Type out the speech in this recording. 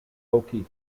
aoki